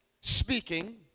speaking